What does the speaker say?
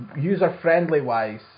user-friendly-wise